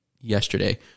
yesterday